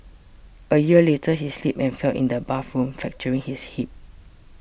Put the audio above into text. a year later he slipped and fell in the bathroom fracturing his hip